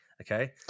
okay